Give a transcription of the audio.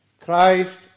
Christ